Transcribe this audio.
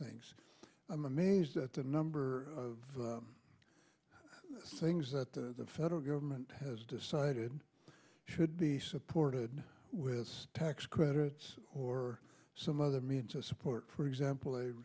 things i'm amazed at the number of things that the federal government has decided should be supported with tax credits or some other means of support for example